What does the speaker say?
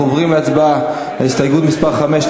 אנחנו עוברים להצבעה על הסתייגות מס' 5,